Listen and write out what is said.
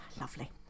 Lovely